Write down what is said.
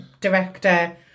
director